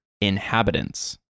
inhabitants